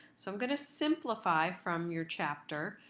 so i'm going to simplify from your chapter.